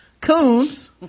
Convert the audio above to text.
coons